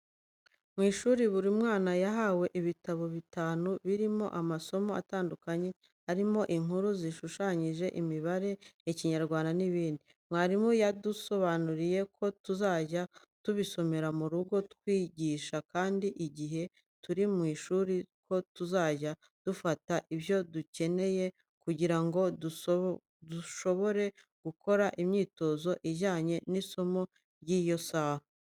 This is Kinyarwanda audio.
Mu ishuri, buri mwana yahawe ibitabo bitanu birimo amasomo atandukanye, arimo inkuru zishushanyije, imibare, Ikinyarwanda n’ibindi. Mwarimu yadusobanuriye ko tuzajya tubisomera mu rugo twiyigisha, kandi igihe turi mu ishuri ko tuzajya dufata ibyo dukeneye kugira ngo dushobore gukora imyitozo ijyanye n’isomo ry’iyo saha.